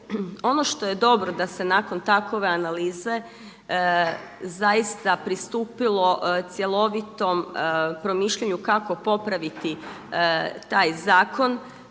Ono što je dobro da se nakon takve analize zaista pristupilo cjelovitom promišljanju kako popraviti taj zakon